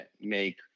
make